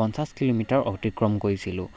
পঞ্চাছ কিলোমিটাৰ অতিক্ৰম কৰিছিলো